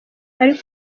ari